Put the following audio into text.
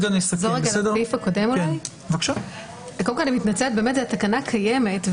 אני מתנצלת באמת התקנה קיימת,